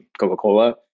Coca-Cola